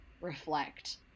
reflect